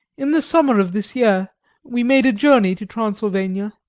in the summer of this year we made a journey to transylvania,